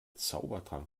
zaubertrank